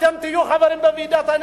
אתם תהיו חברים בוועידת הנשיאים,